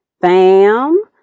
Fam